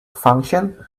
function